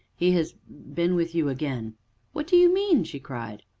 he has been with you again what do you mean? she cried.